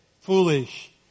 foolish